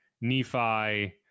Nephi